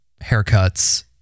haircuts